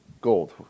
gold